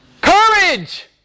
Courage